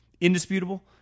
Indisputable